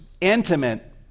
intimate